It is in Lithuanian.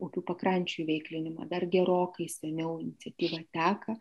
upių pakrančių įveiklinimo dar gerokai seniau iniciatyva teka